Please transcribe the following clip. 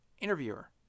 interviewer